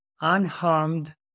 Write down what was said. unharmed